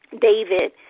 David